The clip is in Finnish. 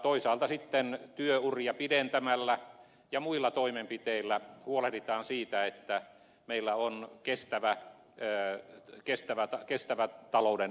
toisaalta sitten työuria pidentämällä ja muilla toimenpiteillä huolehditaan siitä että meillä on kestävä taloudenpito